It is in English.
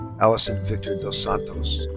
allisson victor dos santos.